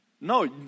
No